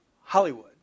Hollywood